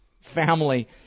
family